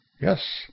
Yes